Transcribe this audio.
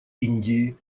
индии